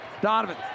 Donovan